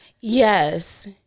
Yes